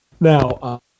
Now